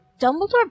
Dumbledore